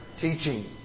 teaching